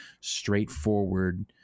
straightforward